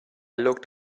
looked